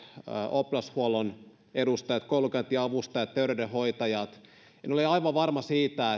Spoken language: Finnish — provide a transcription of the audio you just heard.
oppilashuollon edustajat koulunkäyntiavustajat ja terveydenhoitajat en ole aivan varma siitä